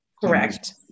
Correct